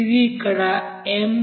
ఇది ఇక్కడ m